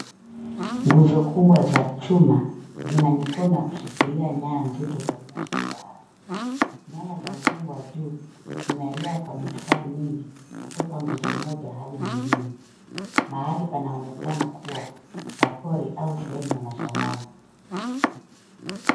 Nguzo kubwa za chuma zina mikono ya kushikilia nyaya nzito za umeme juu ya ardhi. Nyaya za msongo wa juu zinaelea kwa mistari mingi kutoka nguzo moja hadi nyingine. Mahali panaonekana kuwa pa pori au sehemu ya mashambani.